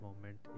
moment